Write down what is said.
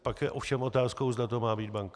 Pak je ovšem otázkou, zda to má být banka.